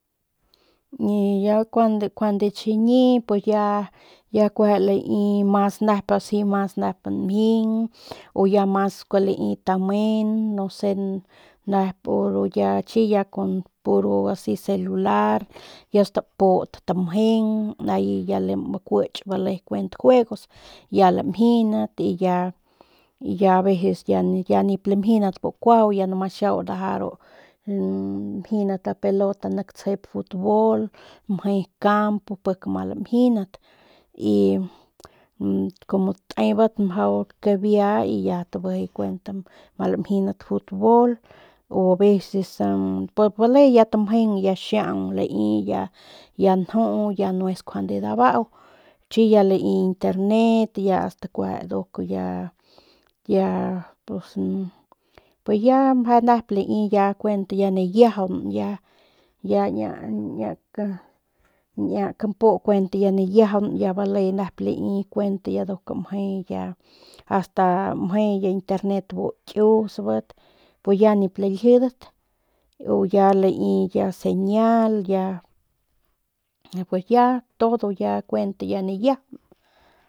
Y ya kjua kjuande chiñi pus ya ya kueje lai mas nep asi mas mas nep nmjing u ya mas skua lami tamen no se ru nep ya chiñi ya ru chi ya puro celular staput tamjeng ya ahi ya acuichi bale kuent juegos ya as ya lamjindat y ya y ya a veces ya nip lamjindat ya bu kuajau ya nomas xiau ya nda ru lamjindat nda pelota biu nik tsjep futbol mje biu campo pik ama lamjindat y kumu datebat mjau kabia ast bijiy kuent ma lamjindat y futbol o a veces pik bale ya tamjeng ya xiaung ya lami ya ya njuya no es kjuande dabau chi ya lai internet ya asta kueje nduk ya ya pus pus ya mje nep lai ya kuent ya nayiajaun ya ya chiñi niñia niñia campu kuent ya nayiajaun ya bale nep ya lai kuent nduk mje ya asta mje internet bu kiusbat pus ya nip laljidat u ya lai ya señal ya pues ya todo ya kuent ya.